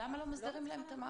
למה לא מסדירים להם את המעמד?